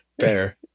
Fair